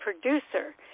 producer